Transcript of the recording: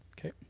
Okay